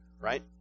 right